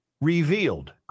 Revealed